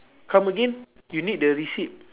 come again you need the receipt